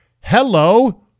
hello